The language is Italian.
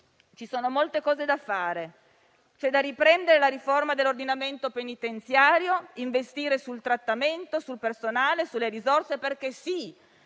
Ci sono molte cose da fare. C'è da riprendere la riforma dell'ordinamento penitenziario, investire sul trattamento, sul personale e sulle risorse perché le